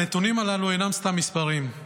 הנתונים הללו אינם סתם מספרים,